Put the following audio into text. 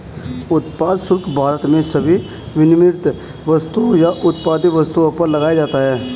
उत्पाद शुल्क भारत में सभी विनिर्मित वस्तुओं या उत्पादित वस्तुओं पर लगाया जाता है